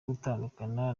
gutandukana